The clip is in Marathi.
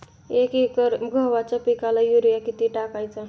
एक एकर गव्हाच्या पिकाला युरिया किती टाकायचा?